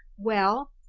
well,